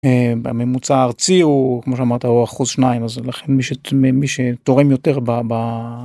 הממוצע הארצי הוא, כמו שאמרת, הוא אחוז-שניים, אז לכן מי ש, מי שתורם יותר ב, ב...